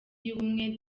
y’ubumwe